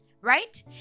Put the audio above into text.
right